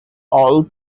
all